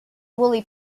willie